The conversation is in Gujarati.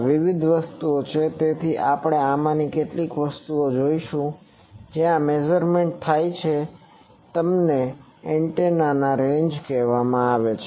આ વિવિધ વસ્તુઓ છે તેથી આપણે આમાંની કેટલીક જોશું કે જ્યાં મેઝરમેન્ટ થાય છે તેમને એન્ટેના રેન્જ કહેવામાં આવે છે